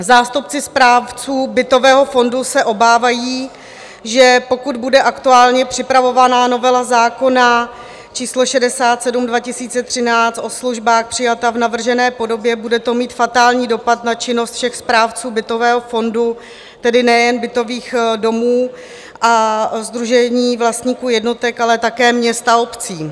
Zástupci správců bytového fondu se obávají, že pokud bude aktuálně připravovaná novela zákona č. 67/2013 Sb., o službách, přijata v navržené podobě, bude to mít fatální dopad na činnost všech správců bytového fondu, tedy nejen bytových domů a sdružení vlastníků jednotek, ale také měst a obcí.